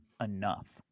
enough